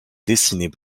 dessinée